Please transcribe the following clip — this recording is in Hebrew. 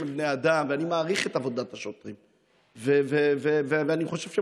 אנחנו עוברים לחבר הכנסת אבי מעוז, בבקשה.